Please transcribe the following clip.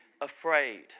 afraid